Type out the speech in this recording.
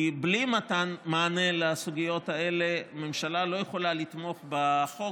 בלי מתן מענה על הסוגיות האלה הממשלה לא יכולה לתמוך בחוק,